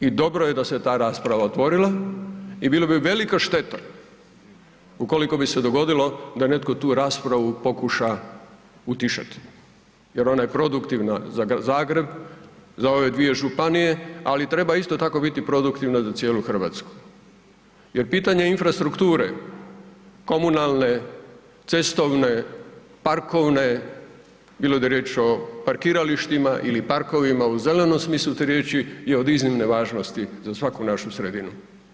I dobro je da se ta rasprava otvorila i bilo bi velika šteta ukoliko bi se dogodilo da netko tu raspravu pokuša utišati jer ona je produktivna za Zagreb, za ove dvije županije, ali treba isto tako biti produktivna za cijelu RH, jer pitanje infrastrukture, komunalne, cestovne, parkovne, bilo da je riječ o parkiralištima ili parkovima u zelenom smislu te riječi i od iznimne važnosti za svaku našu sredinu.